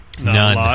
None